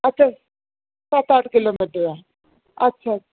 अच्छा सत्त अट्ठ किलोमीटर दूर ऐ